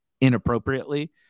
inappropriately